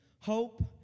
hope